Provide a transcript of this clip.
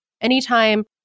anytime